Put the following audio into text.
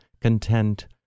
content